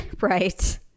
Right